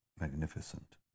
magnificent